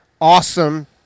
awesome